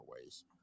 ways